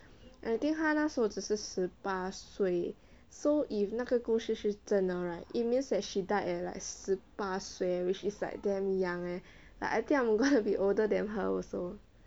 I think 她那时候只是十八岁 so if 那个故事是真的 right it means she died at like 十八岁 which is like damn young eh like I think I'm going to be older than her also